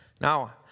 Now